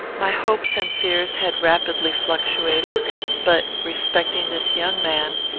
my hopes and fears had rapidly fluctuated but, respecting this young man,